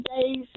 days